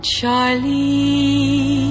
Charlie